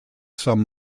some